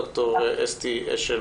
ד"ר אסתי אשל,